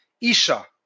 Isha